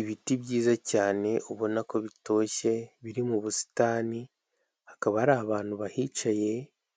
Ibiti byiza cyane ubona ko bitoshye biri mu busitani hakaba hari abantu bahicaye